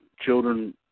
children